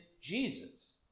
Jesus